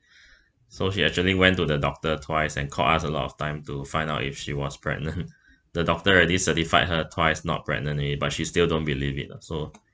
so she actually went to the doctor twice and call us a lot of time to find out if she was pregnant the doctor already certified her twice not pregnant already but she still don't believe it lah so